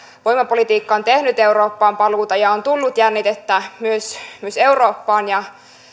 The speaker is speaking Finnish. voimapolitiikka on tehnyt eurooppaan paluuta ja on tullut jännitettä myös myös eurooppaan ja